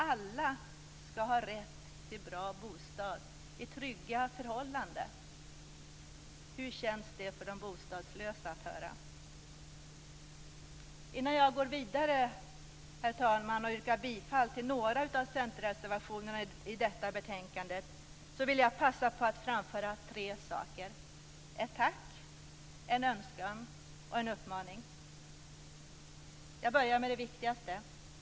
Alla skall ha rätt till bra bostad i trygga förhållanden - hur känns det för de bostadslösa att höra det? Innan jag går vidare, herr talman, och yrkar bifall till några av centerreservationerna till detta betänkande vill jag passa på att framföra tre saker: ett tack, en önskan och en uppmaning. Jag börjar med det viktigaste.